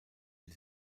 die